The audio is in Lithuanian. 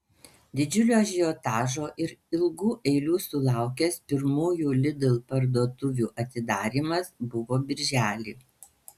didžiulio ažiotažo ir ilgų eilių sulaukęs pirmųjų lidl parduotuvių atidarymas buvo birželį